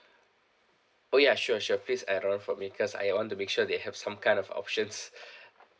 oh ya sure sure please add on for me cause I want to make sure they have some kind of options